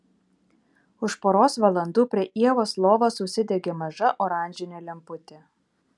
už poros valandų prie ievos lovos užsidegė maža oranžinė lemputė